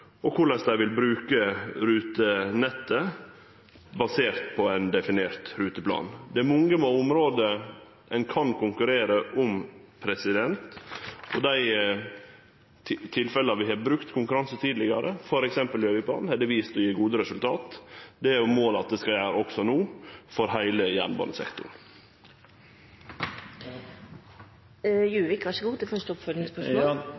og korleis dei vil bruke rutenettet basert på ein definert ruteplan. Det er mange område ein kan konkurrere om, og i dei tilfella vi har brukt konkurranse tidlegare, t.d. på Gjøvikbana, har det vist seg å gi gode resultat. Det er jo målet at det skal gjere det også no for heile jernbanesektoren.